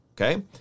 Okay